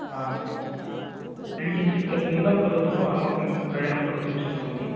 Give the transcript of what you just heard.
आमाम् अस्तु तर्हि किञ्चिद् किं न्यूनं करोतु अहमपि क्रयणं कर्तुं शक्नोमि